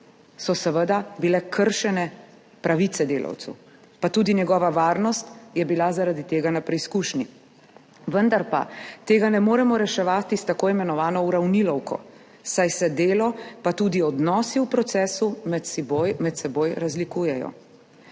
seveda kršene pravice delavcev, pa tudi njegova varnost je bila zaradi tega na preizkušnji. Vendar pa tega ne moremo reševati s tako imenovano uravnilovko, saj se delo pa tudi odnosi v procesu med seboj razlikujejo.